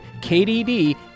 KDD